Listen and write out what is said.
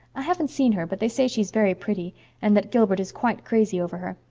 i haven't seen her, but they say she's very pretty and that gilbert is quite crazy over her.